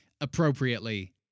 appropriately